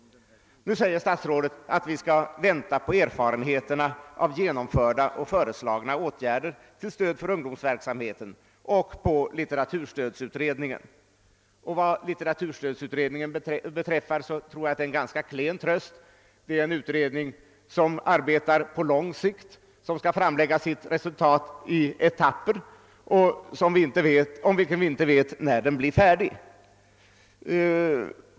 Statsrådet säger att vi skall vänta på erfarenheterna av genomförda och föreslagna åtgärder till stöd för ungdomsverksamheten och på resultatet av 1968 års litteraturutrednings arbete. Vad litteraturutredningen beträffar tror jag att det är en ganska klen tröst — det är en utredning som arbetar på lång sikt, som skall framlägga resultatet av sitt arbete i etapper och om vilken vi inte vet när den blir färdig.